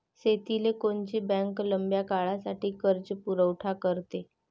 शेतीले कोनची बँक लंब्या काळासाठी कर्जपुरवठा करते?